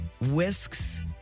Whisks